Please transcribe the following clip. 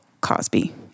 Cosby